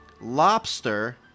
lobster